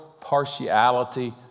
partiality